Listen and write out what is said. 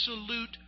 absolute